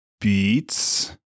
beats